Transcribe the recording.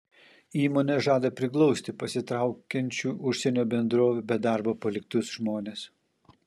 įmonė žada priglausti pasitraukiančių užsienio bendrovių be darbo paliktus žmones